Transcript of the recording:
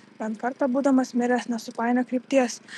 bent kartą būdamas miręs nesupainiok krypties